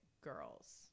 girls